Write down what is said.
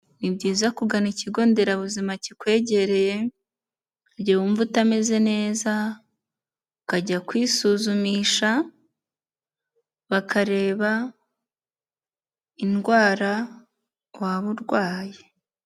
Ni byiza kugana ikigo nderabuzima kikwegereye igihe wumva utameze neza ukajya kwisuzumisha bakareba indwara waba urwaye.